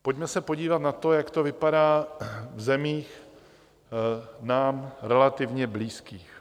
Pojďme se podívat na to, jak to vypadá v zemích nám relativně blízkých.